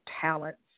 talents